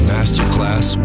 Masterclass